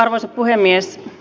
arvoisa puhemies